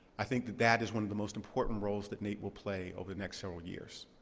i think that that is one of the most important roles that naep will play over the next several years.